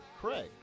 Craig